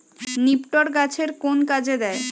নিপটর গাছের কোন কাজে দেয়?